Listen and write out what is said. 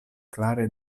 klare